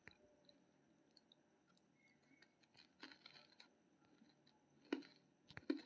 जब कोनो मुद्रा के विमुद्रीकरण होइ छै, ते ओ मुद्रा अपन अंकित मूल्य गमाय दै छै